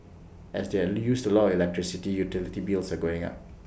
as they use A lot electricity utility bills are going up